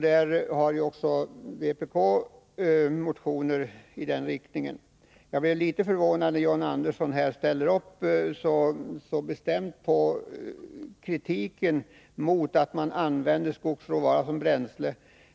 Vpk har också motionerat i det sammanhanget. Jag blev litet förvånad när John Andersson ställde upp mycket bestämt på kritiken mot att man använder skogsråvara som bränsle.